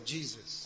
Jesus